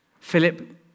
Philip